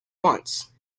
once